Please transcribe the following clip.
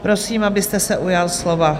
Prosím, abyste se ujal slova.